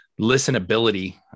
listenability